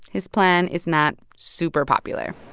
his plan is not super popular